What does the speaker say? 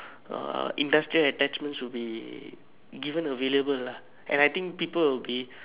uh industrial attachment should be given available lah and I think people will be